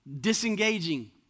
disengaging